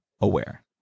aware